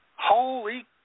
Holy